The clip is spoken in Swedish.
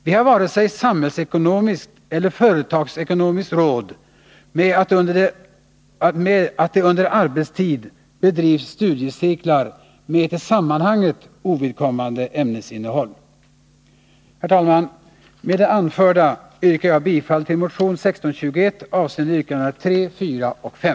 Vi har varken samhällsekonomiskt eller företagsekonomiskt råd med att det under arbetstid bedrivs studiecirklar med ett i sammanhanget ovidkommande ämnesinnehåll. Herr talman! Med det anförda yrkar jag bifall till motion 1621, yrkandena 3, 4 och 5.